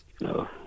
No